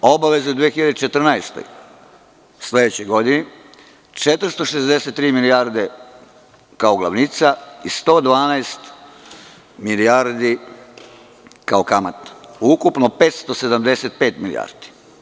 Obaveze u 2014. godine, sledećoj godini, 463 milijarde kao glavnica, i 112 milijardi kao kamata, ukupno 575 milijardi.